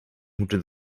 moeten